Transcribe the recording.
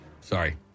sorry